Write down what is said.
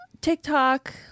TikTok